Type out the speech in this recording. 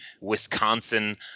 Wisconsin